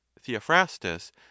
theophrastus